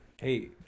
Hey